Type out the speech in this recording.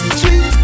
sweet